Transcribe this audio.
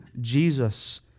Jesus